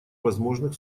возможных